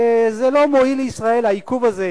זה לא מועיל לישראל העיכוב הזה.